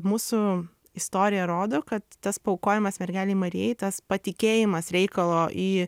mūsų istorija rodo kad tas paaukojamas mergelei marijai tas patikėjimas reikalo į